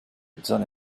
zone